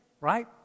right